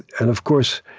and of course,